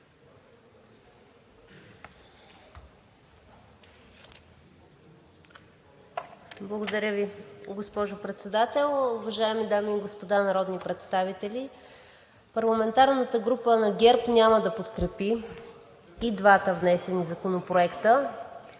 Благодаря Ви, госпожо Председател. Уважаеми дами и господа народни представители! Парламентарната група на ГЕРБ няма да подкрепи и двата внесени законопроекта